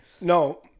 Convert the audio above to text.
no